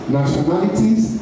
nationalities